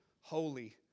holy